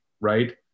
right